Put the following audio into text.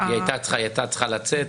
היא הייתה צריכה לצאת.